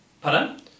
Pardon